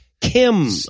Kim